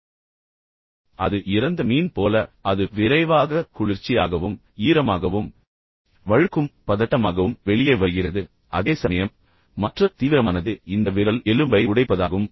எனவே அந்த நபர் அதைக் கொடுக்கிறார் பின்னர் அது இறந்த மீன் போல உங்களால் அதைப் பிடிக்க முடியாது அது விரைவாக குளிர்ச்சியாகவும் ஈரமாகவும் வழுக்கும் பதட்டமாகவும் வெளியே வருகிறது அதேசமயம் மற்ற தீவிரமானது இந்த விரல் எலும்பை உடைப்பதாகும்